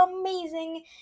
amazing